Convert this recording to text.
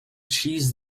cheese